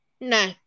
No